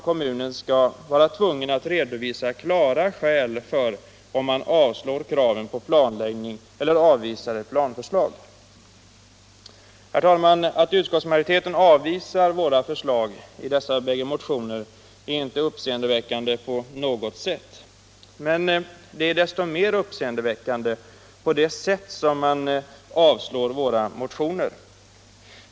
Kommunen skall om man avslår kraven på planläggning eller avvisar ett planförslag vara tvungen att redovisa klara skäl för detta. Herr talman! Att utskottsmajoriteten avvisar våra förslag i dessa bägge motioner är inte uppseendeväckande på något sätt. Sättet man avstyrker dem på är desto mer uppseendeväckande.